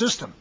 system